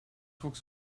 works